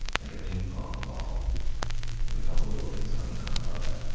like a ping pong ball with a couple of little things coming off ah of it.